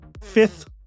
fifth